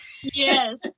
Yes